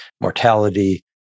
mortality